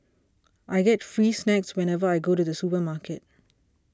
I get free snacks whenever I go to the supermarket